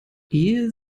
ehe